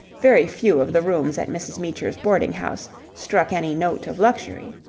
very few of the rooms at mrs. meecher's boarding-house struck any note of luxury.